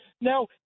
Now